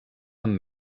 amb